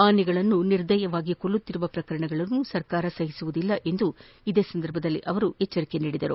ಆನೆಗಳನ್ನು ನಿರ್ದಯವಾಗಿ ಕೊಲ್ಲುತ್ತಿರುವ ಪ್ರಕರಣಗಳನ್ನು ಸರ್ಕಾರ ಸಹಿಸುವುದಿಲ್ಲ ಎಂದು ಎಚ್ಚರಿಕೆ ನೀಡಿದರು